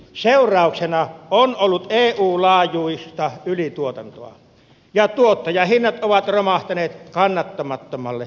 seurauksena on ollut eun laajuista ylituotantoa ja tuottajahinnat ovat romahtaneet kannattamattomalle tasolle